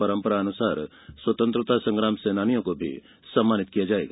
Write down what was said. परम्परानुसार स्वतंत्रता संग्राम सेनानियों को सम्मानित किया जाएगा